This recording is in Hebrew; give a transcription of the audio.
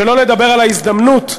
שלא לדבר על ההזדמנות,